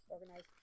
Organized